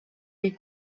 les